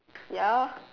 ya